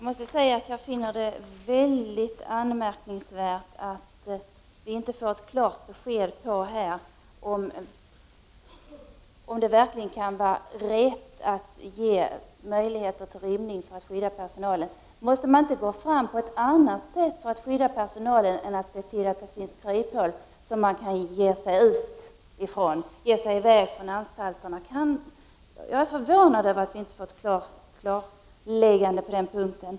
Herr talman! Jag finner det väldigt anmärkningsvärt att vi inte får ett klart besked om huruvida det verkligen kan vara rätt att ge möjligheter till rymning för att skydda personalen. Måste man inte för att skydda personalen gå fram på ett annat sätt än att se till att det finns kryphål, som fångarna kan använda för att ta sig ut och ge sig i väg från anstalterna? Jag är förvånad över att vi inte får ett klarläggande på den punkten.